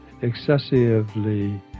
excessively